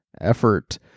effort